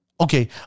okay